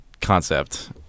concept